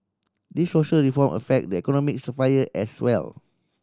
these social reform affect the economic sphere as well